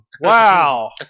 Wow